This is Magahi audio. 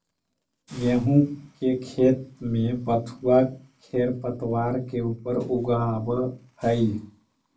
गेहूँ के खेत में बथुआ खेरपतवार के ऊपर उगआवऽ हई